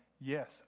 yes